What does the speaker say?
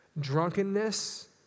drunkenness